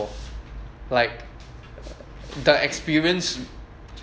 like the experience